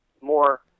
more